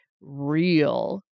real